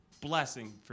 blessing